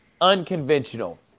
unconventional